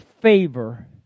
favor